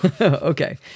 Okay